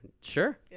Sure